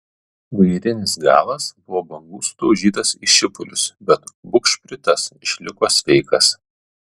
vairinis galas buvo bangų sudaužytas į šipulius bet bugšpritas išliko sveikas